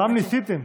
פעם ניסיתם.